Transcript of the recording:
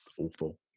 awful